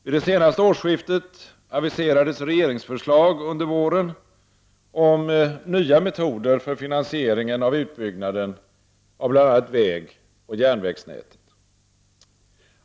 Vid det senaste årsskiftet aviserades regeringsförslag under våren om nya metoder för finansieringen av utbyggnaden av bl.a. vägoch järnvägsnäten.